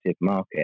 market